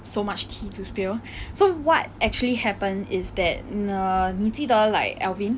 so much tea to spill so what actually happened is that err 你记得 like alvin